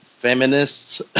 feminists